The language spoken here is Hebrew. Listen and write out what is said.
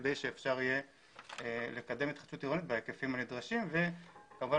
כדי שאפשר יהיה לקדם בהיקפים הנדרשים וכמובן